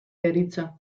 deritzo